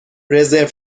رزرو